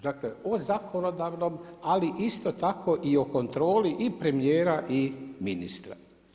Dakle o zakonodavnom ali isto tako i kontroli i premijera i ministra.